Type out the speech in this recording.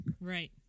Right